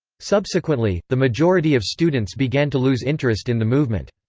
subsequently, the majority of students began to lose interest in the movement.